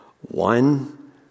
one